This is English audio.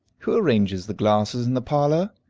who arranges the glasses in the parlor?